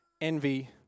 envy